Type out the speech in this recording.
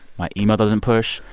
my email doesn't push.